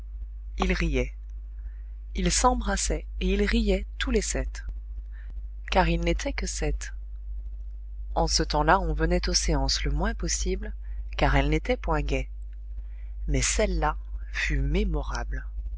ils riaient ils s'embrassaient et ils riaient tous les sept car ils n'étaient que sept en ce temps-là on venait aux séances le moins possible car elles n'étaient point gaies mais celle-là fut mémorable